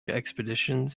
expeditions